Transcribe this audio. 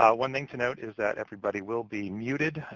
ah one thing to note is that everybody will be muted.